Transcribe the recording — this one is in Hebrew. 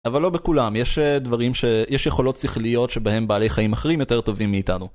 אבל לא בכולם, יש דברים, יש יכולות שכליות שבהן בעלי חיים אחרים יותר טובים מאיתנו.